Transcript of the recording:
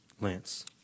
Lance